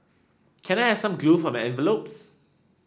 can I have some glue for my envelopes